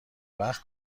وقت